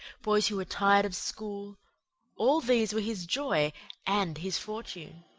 boys who were tired of school all these were his joy and his fortune.